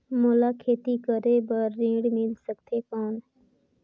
मोला खेती करे बार ऋण मिल सकथे कौन?